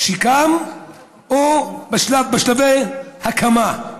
שגם הוא בשלבי הקמה.